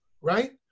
right